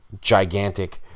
gigantic